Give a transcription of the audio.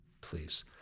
please